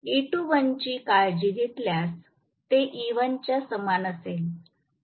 E2l ची काळजी घेतल्यास ते E1 च्या समान असेल